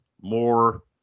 more